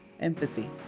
empathy